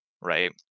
right